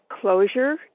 closure